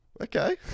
okay